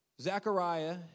Zechariah